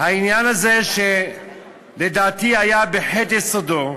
העניין הזה, שלדעתי בחטא יסודו,